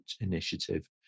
initiative